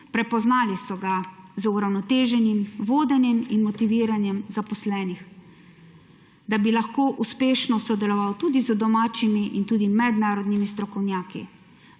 Prepoznali so ga z uravnoteženim vodenjem in motiviranjem zaposlenih, da bi lahko uspešno sodeloval tudi z domačimi in tudi mednarodnimi strokovnjaki